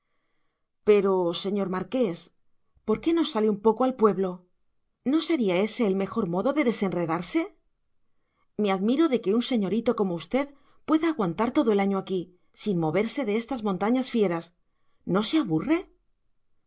pero señor marqués por qué no sale un poco al pueblo no sería ése el mejor modo de desenredarse me admiro de que un señorito como usted pueda aguantar todo el año aquí sin moverse de estas montañas fieras no se aburre